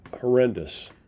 horrendous